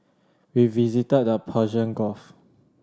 we visited the Persian Gulf